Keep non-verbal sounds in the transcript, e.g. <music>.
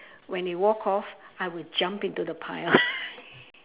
when you walk off I'll jump into the pile <laughs>